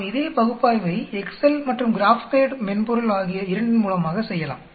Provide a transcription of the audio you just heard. நாம் இதே பகுப்பாய்வை எக்ஸ்செல் மற்றும் கிராப்பேட் மென்பொருள் ஆகிய இரண்டின் மூலமாக செய்யலாம்